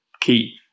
key